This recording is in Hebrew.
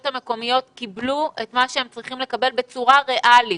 המקומיות קיבלו את מה שהן צריכות לקבל בצורה ריאלית.